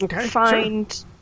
find